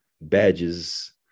badges